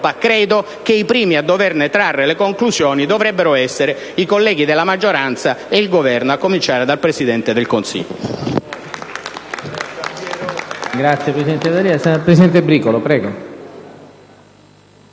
credo che primi a trarne le conclusioni dovrebbero essere i colleghi della maggioranza e il Governo, a cominciare dal Presidente del Consiglio.